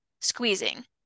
squeezing